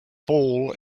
ball